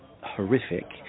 horrific